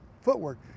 footwork